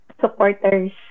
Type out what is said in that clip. supporters